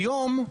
היום,